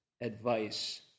advice